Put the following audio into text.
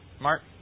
Mark